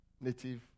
native